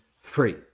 free